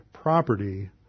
property